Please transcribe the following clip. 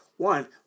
One